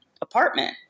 apartment